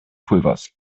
pulvers